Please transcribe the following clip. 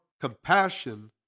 compassion